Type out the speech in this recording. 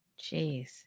Jeez